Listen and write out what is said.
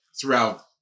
throughout